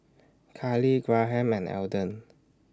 Karly Graham and Elden